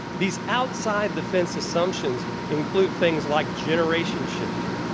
these outside-the-fence assumptions include things like generation shifting,